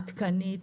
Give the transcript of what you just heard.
עדכנית.